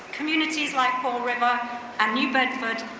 communities like fall river and new bedford,